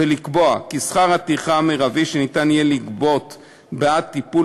ולקבוע כי שכר הטרחה המרבי שיהיה אפשר לגבות בעד טיפול